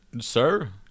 sir